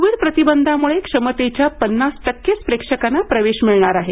Covid प्रतिबंधामुळे क्षमतेच्या पन्नास टक्केच प्रेक्षकांना प्रवेश मिळणार आहे